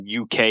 UK